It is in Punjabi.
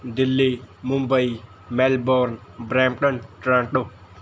Delhi Mumbai Melbourne Brampton Toronto